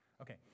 Okay